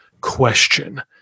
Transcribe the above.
question